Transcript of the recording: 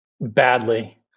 Badly